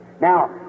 Now